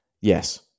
Yes